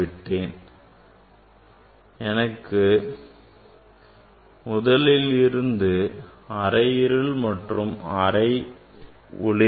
எனவே நமக்கு முதலில் இருந்து அரை இருள் மற்றும் வரை ஒளிர்வு